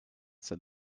said